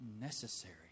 necessary